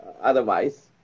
Otherwise